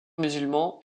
musulmans